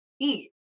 eat